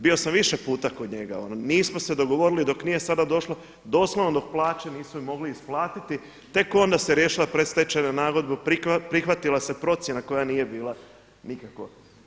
Bio sam više puta kod njega, nismo se dogovorili dok nije sada došlo doslovno dok plaće nisu im mogli isplatiti, tek onda se rješava predstečajna nagodba, prihvatila se procjena koja nije bila nikako.